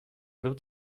dut